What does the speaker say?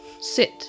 sit